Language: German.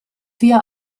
wir